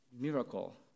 miracle